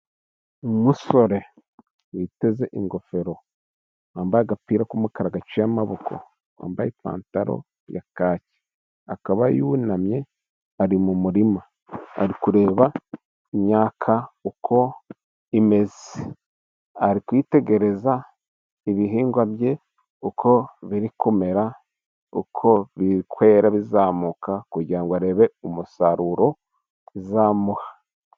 Umusore witeze ingofero wambaye agapira k'umukara gaciye amaboko, wambaye ipantaro ya kake, akaba yunamye ari mu murima, ari kureba imyakaka uko imeze, ari kwitegereza ibihingwa bye uko biri kumera, uko biri kwera bizamuka, kugira ngo arebe umusaruro bizamuha.